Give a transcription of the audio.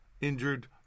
injured